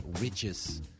riches